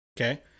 Okay